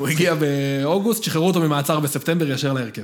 הוא הגיע באוגוסט, שחררו אותו ממעצר בספטמבר ישר לרכב.